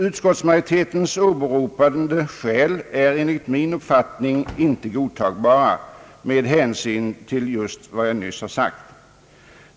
Utskottsmajoritetens åberopade skäl är enligt min uppfattning inte godtagbara med hänsyn till just vad jag nyss har sagt.